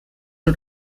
und